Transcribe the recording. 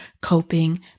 coping